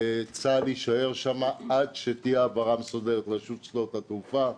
צה"ל יישאר שם עד שתהיה העברה מסודרת של רשות שדות התעופה,